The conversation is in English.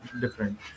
different